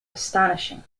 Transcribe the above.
astonishing